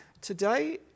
today